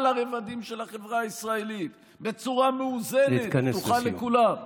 הרבדים של החברה הישראלית בצורה מאוזנת ופתוחה לכולם.